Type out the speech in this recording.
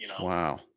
Wow